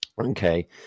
Okay